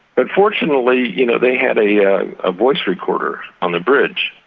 but fortunately you know they had a yeah a voice recorder on the bridge,